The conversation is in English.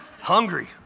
Hungry